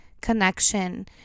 connection